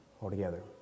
altogether